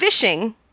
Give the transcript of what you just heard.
Fishing